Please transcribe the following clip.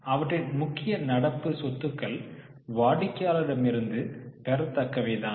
அவற்றின் முக்கிய நடப்பு சொத்துக்கள் வாடிக்கையாளர்களிடமிருந்து பெறத்தக்கவை தான்